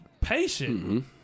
patient